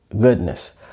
goodness